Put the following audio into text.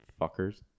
fuckers